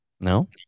no